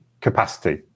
capacity